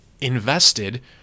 invested